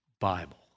Bible